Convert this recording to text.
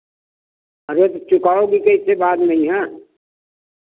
अरे तो चुकाओगी कैसे बाद में हियाँ